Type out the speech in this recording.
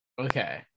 Okay